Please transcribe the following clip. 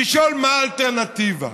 לשאול: מה האלטרנטיבה?